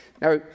Now